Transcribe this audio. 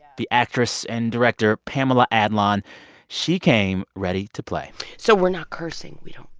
the actress and director pamela adlon she came ready to play so we're not cursing we don't.